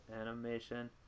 Animation